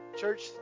Church